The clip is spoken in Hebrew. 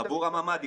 עבור הממ"דים.